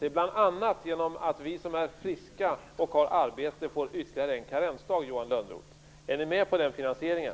Det är bl.a. genom att vi som är friska och som har jobb får ytterligare en karensdag, Johan Lönnroth. Är ni med på den finansieringen?